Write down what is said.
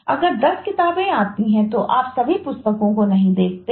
अगर 10 किताबें आती हैं तो आप सभी पुस्तकों को नहीं देखते हैं